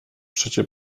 przecie